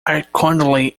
accordingly